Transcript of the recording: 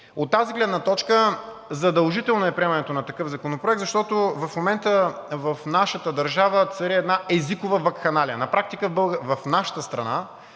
От тази гледна точка, задължително е приемането на такъв законопроект, защото в момента в нашата държава цари една езикова вакханалия. На практика в нашата страна